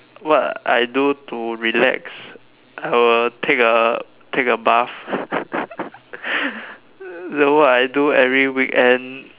what I do to relax I will take a take a bath then what I do every weekend